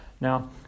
Now